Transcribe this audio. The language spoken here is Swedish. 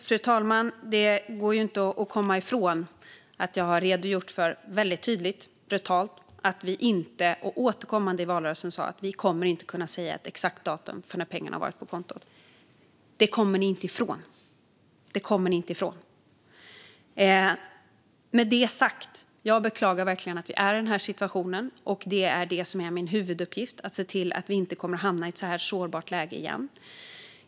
Fru talman! Det går inte att komma ifrån att jag återkommande i valrörelsen tydligt och brutalt sa att det inte går att säga ett exakt datum för när pengarna finns på kontot. Det kommer ni inte ifrån. Med detta sagt beklagar jag verkligen att vi är i den här situationen, och min huvuduppgift är att se till att vi inte kommer att hamna i ett så sårbart läge igen.